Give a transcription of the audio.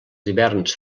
hiverns